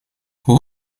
hoe